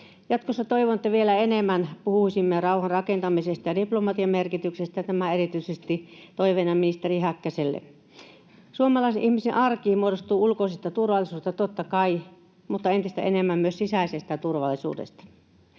Jatkossa toivon, että vielä enemmän puhuisimme rauhan rakentamisesta ja diplomatian merkityksestä — tämä erityisesti toiveena ministeri Häkkäselle. Suomalaisen ihmisen arki muodostuu ulkoisesta turvallisuudesta, totta kai, mutta entistä enemmän myös sisäisestä turvallisuudesta.